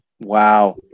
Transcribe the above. Wow